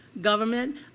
government